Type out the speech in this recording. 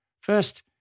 First